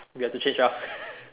we have to change ah